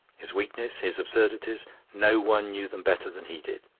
his weaknesses, his absurdities no one knew them better than he did.